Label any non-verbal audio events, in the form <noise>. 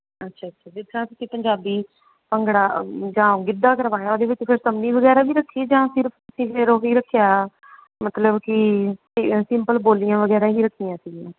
ਅੱਛਾ ਅੱਛਾ ਜਿਸ ਤਰ੍ਹਾਂ ਤੁਸੀਂ ਪੰਜਾਬੀ ਭੰਗੜਾ ਜਾਂ ਗਿੱਧਾ ਕਰਵਾਇਆ ਉਹਦੇ ਵਿੱਚ ਫਿਰ ਸੰਮੀ ਵਗੈਰਾ ਵੀ ਰੱਖੀ ਜਾਂ ਸਿਰਫ ਤੁਸੀਂ ਫਿਰ ਉਹ ਵੀ ਰੱਖਿਆ ਮਤਲਬ ਕਿ <unintelligible> ਸਿੰਪਲ ਬੋਲੀਆਂ ਵਗੈਰਾ ਹੀ ਰੱਖੀਆਂ ਸੀਗੀਆਂ